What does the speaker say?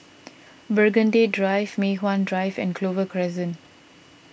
Burgundy Drive Mei Hwan Drive and Clover Crescent